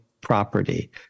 property